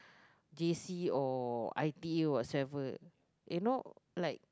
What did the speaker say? J_C or I_P_A or whatever